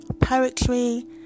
poetry